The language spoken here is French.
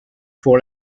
pour